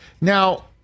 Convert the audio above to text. Now